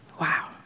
Wow